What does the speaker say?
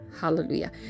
Hallelujah